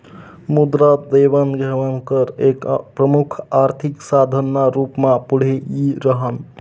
मुद्रा देवाण घेवाण कर एक प्रमुख आर्थिक साधन ना रूप मा पुढे यी राह्यनं